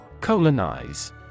Colonize